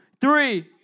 three